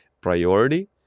priority